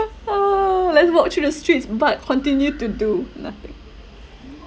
oh let's walk through the streets but continue to do nothing